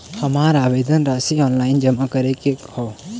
हमार आवेदन राशि ऑनलाइन जमा करे के हौ?